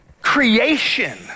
creation